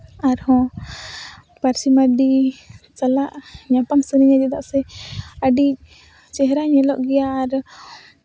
ᱟᱨᱦᱚᱸ ᱯᱟᱹᱨᱥᱤ ᱢᱟᱹᱨᱰᱤ ᱥᱟᱞᱟᱜ ᱧᱟᱯᱟᱢ ᱥᱟᱱᱟᱧᱟ ᱪᱮᱫᱟᱜ ᱥᱮ ᱟᱹᱰᱤ ᱪᱮᱦᱨᱟ ᱧᱮᱞᱚᱜ ᱜᱮᱭᱟ ᱟᱨ